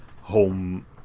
home